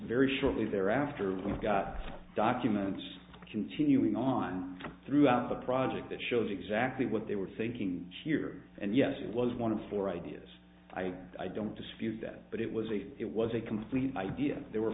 very shortly thereafter we got documents continuing on throughout the project that showed exactly what they were thinking here and yes it was one of the four ideas i i don't dispute that but it was a it was a complete idea there were